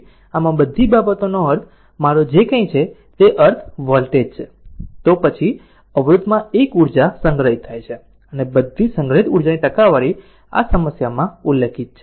આમ આ બધી બાબતો નો અર્થ મારો જે કંઇ છે તેનો અર્થ વોલ્ટેજ છે તે પછી અવરોધમાં 1 ઉર્જા સંગ્રહિત થાય છે અને બધી સંગ્રહિત ઉર્જાની ટકાવારી આ સમસ્યામાં ઉલ્લેખિત છે